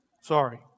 Sorry